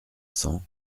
cent